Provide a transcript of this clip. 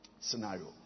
scenario